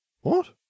What